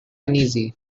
uneasy